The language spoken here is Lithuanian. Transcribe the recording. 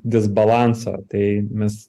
disbalanso tai mes